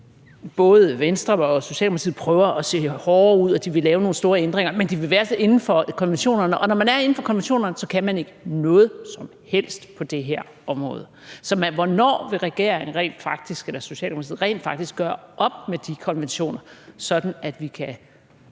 både Venstre og Socialdemokratiet prøver at se hårde ud og sige, at de vil lave nogle store ændringer, men de bevæger sig inden for konventionerne, og når man er inden for konventionerne, kan man ikke noget som helst på det her område. Så hvornår vil regeringen eller Socialdemokratiet rent faktisk gøre op med de konventioner, sådan